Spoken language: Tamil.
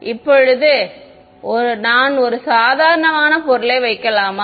இப்போது நான் ஒரு சாதாரண பொருளை வைக்கலாமா